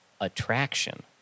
attraction